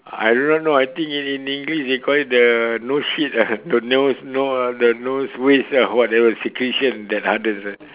I do not know I think in in English they call it the nose shit ah the nose no~ the nose waste ah whatever secretion that hardens eh